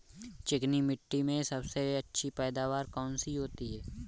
चिकनी मिट्टी में सबसे अच्छी पैदावार कौन सी होती हैं?